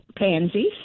Pansies